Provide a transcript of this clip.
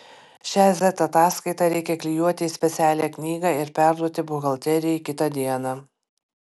šią z ataskaitą reikia klijuoti į specialią knygą ir perduoti buhalterijai kitą dieną